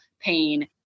pain